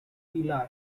eli